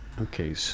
okay